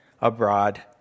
abroad